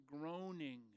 groaning